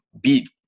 beat